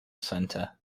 center